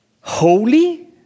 Holy